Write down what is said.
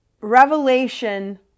revelation